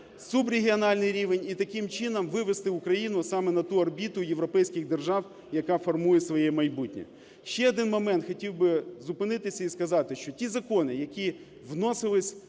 субрегіональний рівень, і таким чином вивести Україну саме на ту орбіту європейських держав, яка формує своє майбутнє. Ще один момент. Хотів би зупинитися і сказати, що ті закони, які вносилися